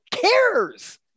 cares